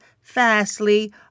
fastly